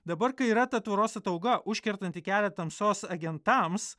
dabar kai yra ta tvoros atauga užkertanti kelią tamsos agentams